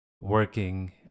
working